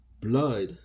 blood